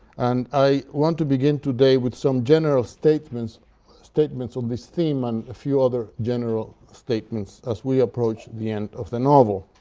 and i want to begin today with some general statements statements of this theme and a few other general statements as we approach the end of novel.